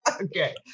Okay